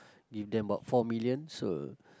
give them about four million so